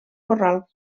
corral